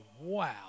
wow